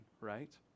right